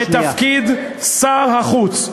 בתפקיד שר החוץ.